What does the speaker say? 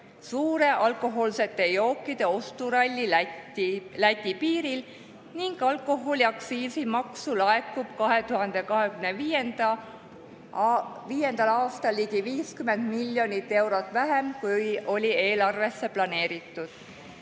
suure alkohoolsete jookide osturalli Läti piiril ning alkoholi aktsiisimaksu laekub 2025. aastal ligi 50 miljonit eurot vähem, kui oli eelarvesse planeeritud.